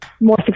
more